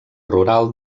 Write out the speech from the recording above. rural